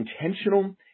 intentional